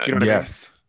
Yes